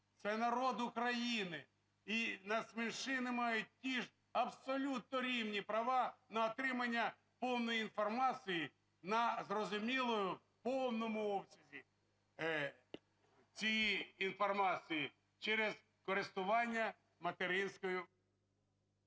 це народ України, і нацменшини мають ті ж, абсолютно рівні, права на отримання повної інформації на зрозумілій… в повному обсязі цієї інформації, через користування материнською…